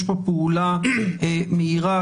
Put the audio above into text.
יש פה פעולה מהירה.